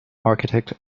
architect